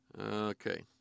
Okay